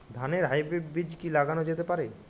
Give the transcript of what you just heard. ধানের হাইব্রীড বীজ কি লাগানো যেতে পারে?